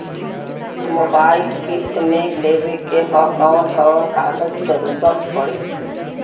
Mobile किस्त मे लेवे के ह कवन कवन कागज क जरुरत पड़ी?